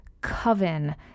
coven